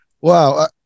wow